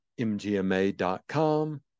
mgma.com